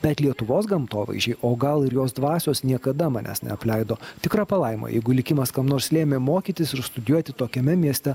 bet lietuvos gamtovaizdžiai o gal ir jos dvasios niekada manęs neapleido tikra palaima jeigu likimas kam nors lėmė mokytis ir studijuoti tokiame mieste